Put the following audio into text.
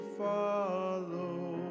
follow